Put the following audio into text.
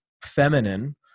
feminine